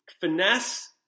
finesse